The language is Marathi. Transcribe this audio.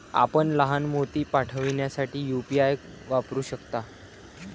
आपण लहान मोती पाठविण्यासाठी यू.पी.आय वापरू शकता